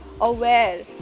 aware